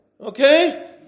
Okay